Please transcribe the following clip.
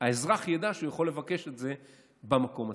האזרח ידע שהוא יכול לבקש את זה במקום עצמו.